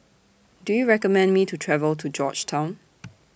Do YOU recommend Me to travel to Georgetown